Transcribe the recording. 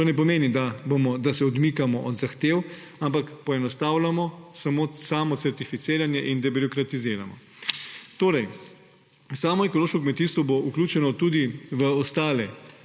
To ne pomeni, da se odmikamo od zahtev, ampak samo poenostavljamo samo certificiranje in debirokratiziramo. Torej samo ekološko kmetijstvo bo vključeno tudi v ostale